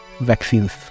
vaccines